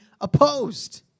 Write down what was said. opposed